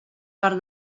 per